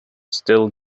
still